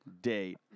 date